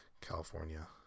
California